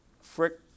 Frick